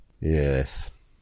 Yes